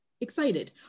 excited